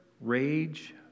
rage